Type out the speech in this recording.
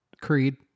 Creed